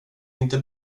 inte